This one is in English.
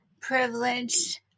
privileged